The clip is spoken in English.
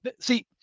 see